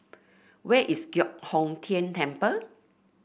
where is Giok Hong Tian Temple